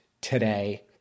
today